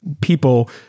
people